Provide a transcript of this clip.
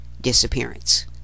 disappearance